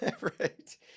right